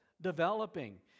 developing